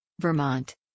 Vermont